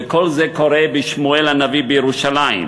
וכל זה קורה בשמואל-הנביא בירושלים.